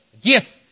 gift